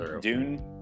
dune